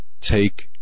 take